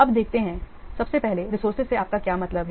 अब देखते हैं सबसे पहले रिसोर्सेज से आपका क्या मतलब है